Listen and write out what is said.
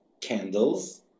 candles